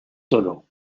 toro